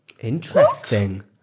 Interesting